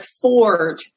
afford